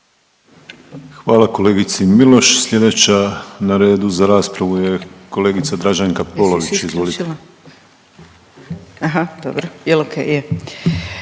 Hvala kolegici Miloš. Slijedeća na redu za raspravu je kolegica Draženka Polović. Izvolite.